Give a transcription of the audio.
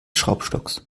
schraubstocks